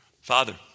Father